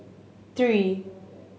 three